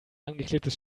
angeklebtes